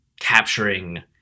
capturing